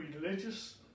Religious